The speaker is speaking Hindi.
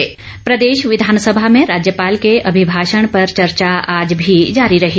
अभिभाषण चर्चा प्रदेश विधानसभा में राज्यपाल के अभिभाषण पर चर्चा आज भी जारी रही